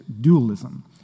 dualism